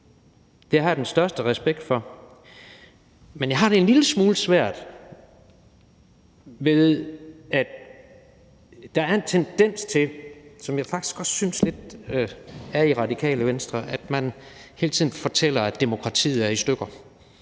det har jeg den største respekt for. Men jeg har det en lille smule svært med, at der er en tendens til, som jeg faktisk også lidt synes er i Radikale Venstre, at man hele tiden fortæller, at demokratiet er i stykker